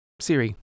Siri